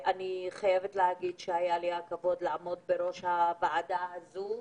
היה לי הכבוד לעמוד בראש הוועדה הזאת.